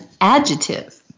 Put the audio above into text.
adjective